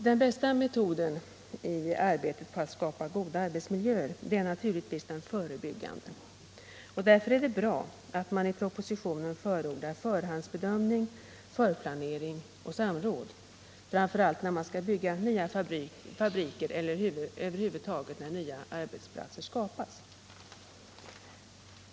Den bästa metoden i arbetet på att skapa goda arbetsmiljöer är naturligtvis den förebyggande. Därför är det bra att man i propositionen förordar förhandsbedömning, förplanering och samråd, framför allt när det skall byggas nya fabriker men över huvud taget när nya arbetsplatser skapas.